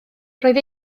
roedd